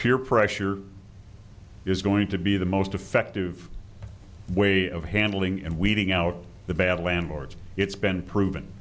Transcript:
peer pressure is going to be the most effective way of handling and weeding out the bad landlords it's been proven